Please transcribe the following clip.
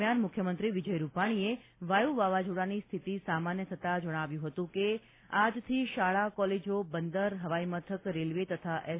દરમિયાન મુખ્યમંત્રી વિજય રૂપાણીએ વાયુ વાવાઝોડાની સ્થિતિ સામાન્ય થતાં જણાવ્યું હતું કે આજથી શાળા કોલેજો બંદર હવાઇ મથક રેલવે તથા એસ